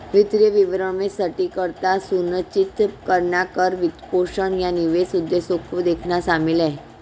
वित्तीय विवरणों में सटीकता सुनिश्चित करना कर, वित्तपोषण, या निवेश उद्देश्यों को देखना शामिल हैं